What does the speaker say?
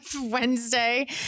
Wednesday